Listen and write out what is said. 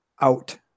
out